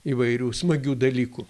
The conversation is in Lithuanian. įvairių smagių dalykų